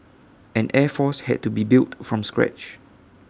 an air force had to be built from scratch